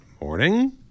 morning